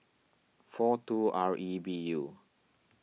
four two R E B U